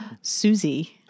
Susie